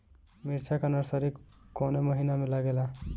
मिरचा का नर्सरी कौने महीना में लागिला?